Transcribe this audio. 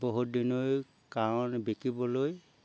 বহুত দিন কাৰণে বিকিবলৈ